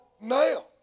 now